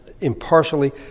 impartially